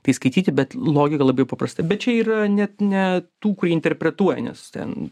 tai skaityti bet logika labai paprasta bet čia yra net ne tų kurie interpretuoja nes ten